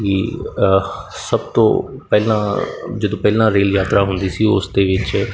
ਕਿ ਸਭ ਤੋਂ ਪਹਿਲਾਂ ਜਦੋਂ ਪਹਿਲਾਂ ਰੇਲ ਯਾਤਰਾ ਹੁੰਦੀ ਸੀ ਉਸ ਦੇ ਵਿੱਚ